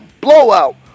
blowout